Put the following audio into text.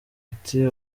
ati